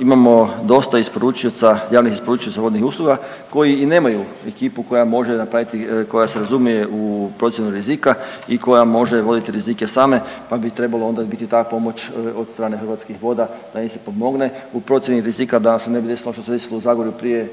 imamo dosta isporučioca javnih isporučioca vodnih usluga koji i nemaju ekipu koja može napraviti koja se razumije u procjenu rizika i koja može voditi rizike same pa bi trebalo onda biti ta pomoć od strane Hrvatskih voda da im se pomogne u procjeni rizika da nam se ne bi desilo što se desilo u Zagorju prije